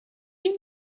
you